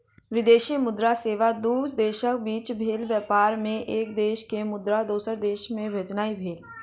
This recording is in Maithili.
विदेशी मुद्रा सेवा दू देशक बीच भेल व्यापार मे एक देश के मुद्रा दोसर देश मे भेजनाइ भेलै